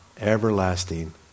Everlasting